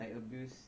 abuse